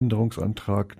änderungsantrag